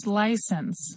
license